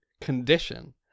condition